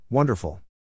Wonderful